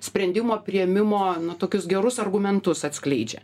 sprendimo priėmimo tokius gerus argumentus atskleidžia